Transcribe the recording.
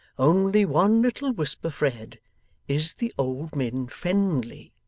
only one little whisper, fred is the old min friendly